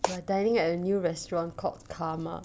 you're dining at a new restaurant called karma